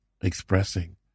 expressing